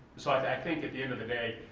so i think, at the end of the day,